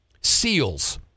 Seals